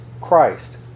Christ